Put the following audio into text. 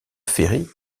ferry